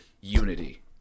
unity